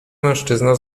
mężczyzna